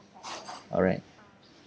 alright